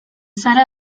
zara